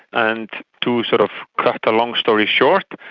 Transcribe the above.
and to sort of cut a long story short,